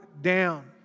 down